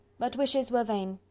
but wishes were vain,